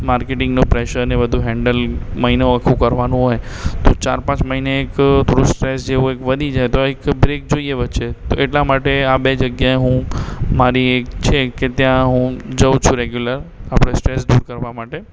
માર્કેટિંગનું pressure અને એ બધું હૅન્ડલ મહિનો આખું કરવાનું હોય તો ચાર પાંચ મહીને એક પ્રોસેરાઇઝ જે હોય તો એક વધી જાય તો એક બ્રેક જોઈએ વચ્ચે તો એટલાં માટે આ બે જગ્યાએ હું મારી એક છે કે ત્યાં હું જાઉં છું રેગ્યુલર આપણે સ્ટ્રેસ દૂર કરવા માટે